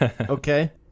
Okay